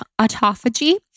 autophagy